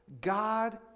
God